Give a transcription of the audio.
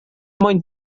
moyn